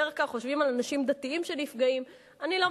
בדרך כלל חושבים על אנשים דתיים שנפגעים.